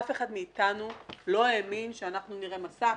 אף אחד מאיתנו לא האמין שנראה מסך